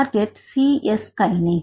target c YES kinase